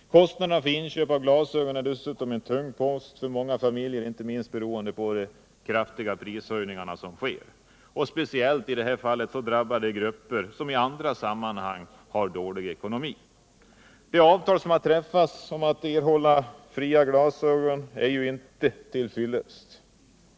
Kostnaderna för inköp av zlasögon är dessutom cen tung post för många familjer, inte minst beroende aå de kraftiga prishöjningarna. Speciellt i frågor Vissa handikappfrågor 140 det här fallet drabbar det grupper som i andra sammanhang har dålig ekonomi. Det avtal som har träffats om fria glasögon för vissa grupper är inte till fyllest.